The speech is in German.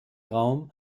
raum